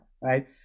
right